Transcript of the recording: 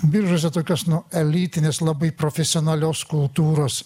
biržuose tokios nu elitinės labai profesionalios kultūros